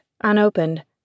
unopened